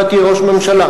אתה תהיה ראש ממשלה,